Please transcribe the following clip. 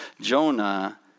Jonah